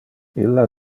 illa